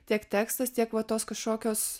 tiek tekstas tiek va tos kažkokios